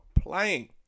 playing